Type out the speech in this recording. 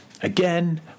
again